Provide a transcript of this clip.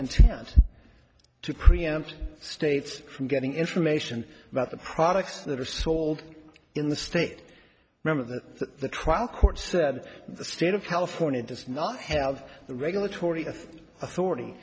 intent to preempt states from getting information about the products that are sold in the state member of the trial court said the state of california does not have the regulatory authority